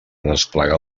desplegar